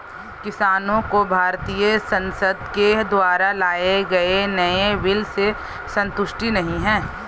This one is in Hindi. किसानों को भारतीय संसद के द्वारा लाए गए नए बिल से संतुष्टि नहीं है